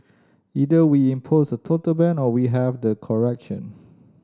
either we impose a total ban or we have the correction